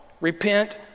repent